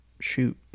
shoot